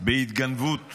בהתגנבות יחידים,